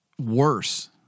worse